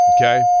Okay